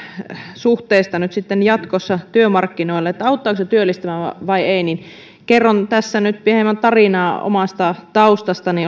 suhteesta nyt sitten jatkossa työmarkkinoilla auttaako se työllistymään vai ei niin kerron tässä nyt hieman tarinaa omasta taustastani